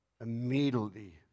immediately